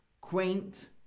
quaint